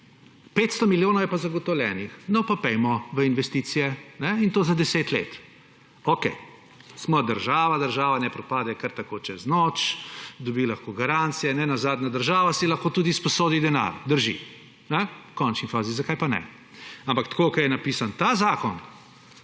500 milijonov je pa zagotovljenih, no, pa pojdimo v investicije, in to za 10 let. Okej, smo država, država ne propade kar tako čez noč, dobi lahko garancije, država si lahko tudi sposodi denar, drži, v končni fazi, zakaj pa ne. Ampak tako, kot je napisan ta zakon,